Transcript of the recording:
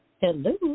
Hello